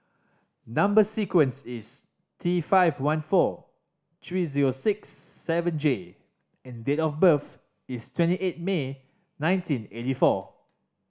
number sequence is T five one four three zero six seven J and date of birth is twenty eight May nineteen eighty four